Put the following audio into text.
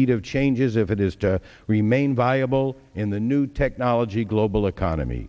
need of changes if it is to remain viable in the new technology global economy